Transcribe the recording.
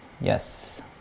Yes